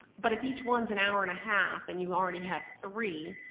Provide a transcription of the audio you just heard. but if each one's an hour and a half, and you already have three,